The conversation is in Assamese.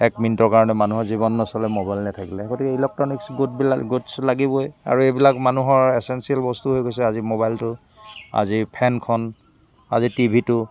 এক মিনিটৰ কাৰণে মানুহৰ জীৱন নচলে মোবাইল নাথাকিলে গতিকে ইলেক্ট্ৰনিকছ গুডবিলকা গুডছ লাগিবই আৰু এইবিলাক মানুহৰ এছেঞ্চিয়েল বস্তু হৈ গৈছে আজি মোবাইলটো আজি ফেনখন আজি টি ভিটো